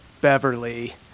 Beverly